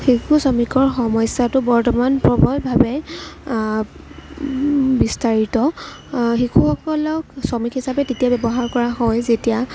শিশু শ্ৰমিকৰ সমস্য়াটো বৰ্তমান প্ৰবলভাৱে বিস্তাৰিত শিশুসকলক শ্ৰমিক হিচাপে তেতিয়া ব্য়ৱহাৰ কৰা হয় যেতিয়া